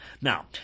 Now